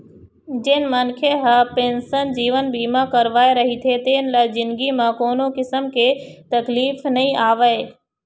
जेन मनखे ह पेंसन जीवन बीमा करवाए रहिथे तेन ल जिनगी म कोनो किसम के तकलीफ नइ आवय